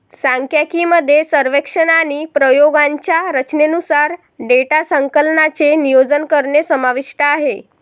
सांख्यिकी मध्ये सर्वेक्षण आणि प्रयोगांच्या रचनेनुसार डेटा संकलनाचे नियोजन करणे समाविष्ट आहे